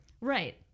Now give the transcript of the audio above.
right